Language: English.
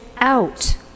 out